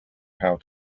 how